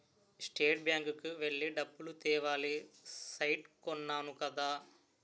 state bank కి వెళ్లి డబ్బులు తేవాలి సైట్ కొన్నాను కదా